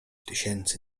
tysięcy